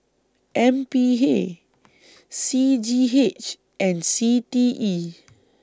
M P A C G H and C T E